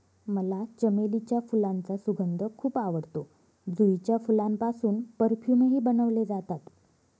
मला चमेलीच्या फुलांचा सुगंध खूप आवडतो, जुईच्या फुलांपासून परफ्यूमही बनवले जातात